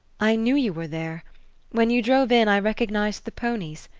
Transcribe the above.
i knew you were there when you drove in i recognised the ponies.